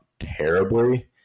terribly